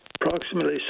approximately